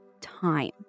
time